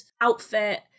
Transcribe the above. outfit